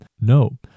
No